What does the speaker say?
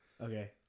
Okay